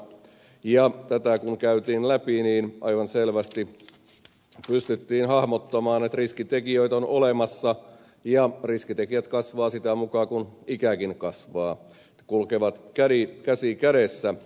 kun tätä käytiin läpi aivan selvästi pystyttiin hahmottamaan että riskitekijöitä on olemassa ja riskitekijät kasvavat sitä mukaa kuin ikäkin kasvaa ne kulkevat käsi kädessä